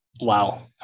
wow